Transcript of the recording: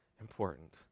important